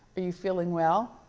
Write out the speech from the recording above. are you feeling well?